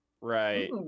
Right